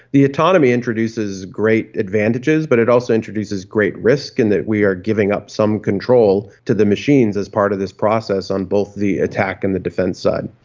the autonomy introduces great advantages but it also introduces great risk in that we are giving up some control to the machines as part of this process on both the attack and the defence side.